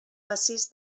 massís